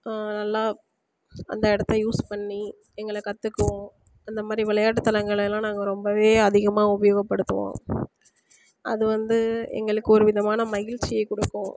நல்லா அந்த இடத்த யூஸ் பண்ணி எங்களை கற்றுக்குவோம் அந்த மாதிரி விளையாட்டு தளங்களை எல்லாம் நாங்கள் ரொம்பவே அதிகமாக உபயோகப்படுத்துவோம் அது வந்து எங்களுக்கு ஒரு விதமான மகிழ்ச்சியை கொடுக்கும்